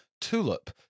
TULIP